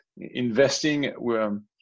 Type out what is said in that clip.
investing